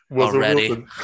already